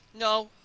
No